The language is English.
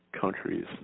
countries